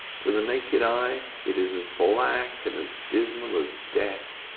to the naked eye it is as black and as dismal as death,